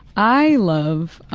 i love